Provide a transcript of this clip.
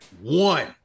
One